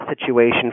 situation